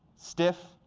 stiff,